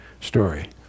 story